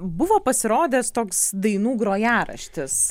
buvo pasirodęs toks dainų grojaraštis